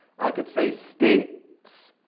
i could say states